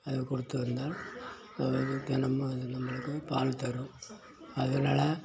அது கொடுத்து வந்தால் அது வந்து தினமும் அது நம்மளுக்கு பால் தரும் அதனால்